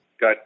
got